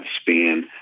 span